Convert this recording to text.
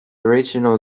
original